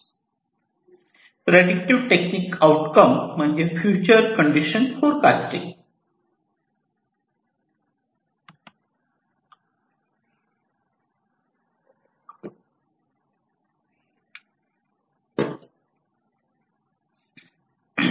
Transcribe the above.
predictive technique outcome म्हणजे future condition forecasting